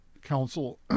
Council